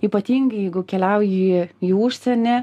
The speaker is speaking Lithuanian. ypatingai jeigu keliauji į užsienį